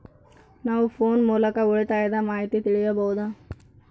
ನಾವು ಫೋನ್ ಮೂಲಕ ಉಳಿತಾಯದ ಮಾಹಿತಿ ತಿಳಿಯಬಹುದಾ?